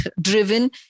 driven